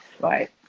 right